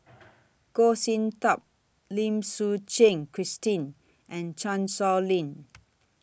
Goh Sin Tub Lim Suchen Christine and Chan Sow Lin